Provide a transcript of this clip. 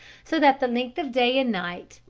so that the length of day and night,